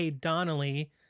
Donnelly